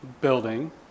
building